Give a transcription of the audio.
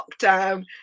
lockdown